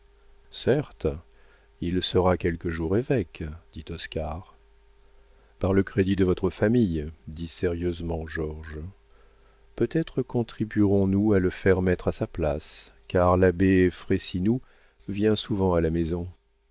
certes il sera quelque jour évêque dit oscar par le crédit de votre famille dit sérieusement georges peut-être contribuerons nous à le faire mettre à sa place car l'abbé frayssinous vient souvent à la maison